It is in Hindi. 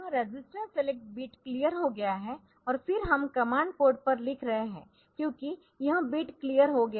यह रजिस्टर सेलेक्ट बिट क्लियर हो गया है और फिर हम कमांड पोर्ट पर लिख रहे है क्योंकि यह बिट क्लियर हो गया है